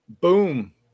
Boom